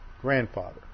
grandfather